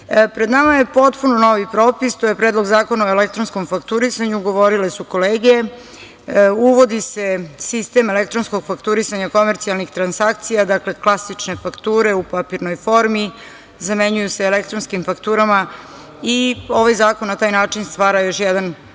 nama je potpuno novi propis, to je Predlog zakona o elektronskom fakturisanju. Govorile su kolege, uvodi se sistem elektronskog fakturisanja komercijalnih transakcija. Dakle, klasične fakture u papirnoj formi zamenjuju se elektronskim fakturama i ovaj zakon na taj način stvara još jedan